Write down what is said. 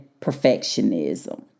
perfectionism